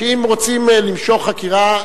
שאם רוצים למשוך חקירה,